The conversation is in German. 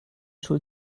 schuld